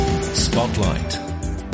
Spotlight